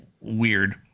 weird